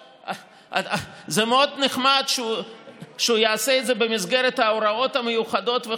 זה מאוד נחמד שהוא יעשה את זה במסגרת ההוראות המיוחדות,